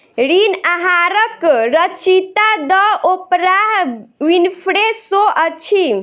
ऋण आहारक रचयिता द ओपराह विनफ्रे शो अछि